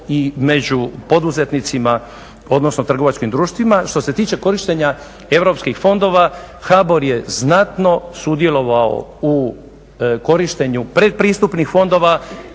HBOR je znatno sudjelovao u korištenju predpristupnih fondova.